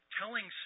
telling